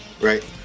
Right